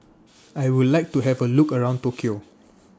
I Would like to Have A Look around Tokyo